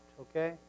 okay